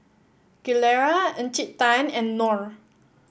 Gilera Encik Tan and Knorr